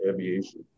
aviation